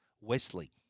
Wesley